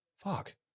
fuck